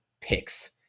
picks